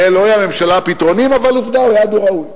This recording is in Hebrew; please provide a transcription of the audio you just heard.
לאלוהי הממשלה פתרונים, אבל עובדה, היעד ראוי.